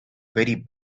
very